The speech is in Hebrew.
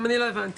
גם אני לא הבנתי.